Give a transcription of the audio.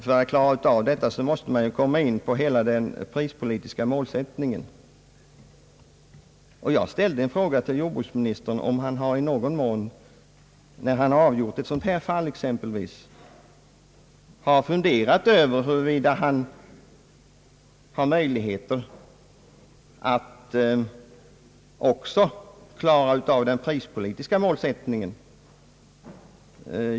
För att svara på den frågan måste man komma in på hela den prispolitiska målsättningen. Jag ställde en fråga till Jjordbruksministern om han i någon mån, när han avgjort exempelvis ett sådant fall som det här aktuella har funderat över huruvida han har möjligheter att också klara av den prispolitiska målsättningen.